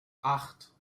acht